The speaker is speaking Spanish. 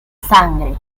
sangre